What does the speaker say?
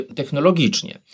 technologicznie